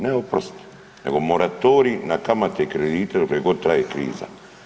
Ne oprost, nego moratorij na kamate i kredite dokle god traje kriza.